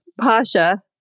Pasha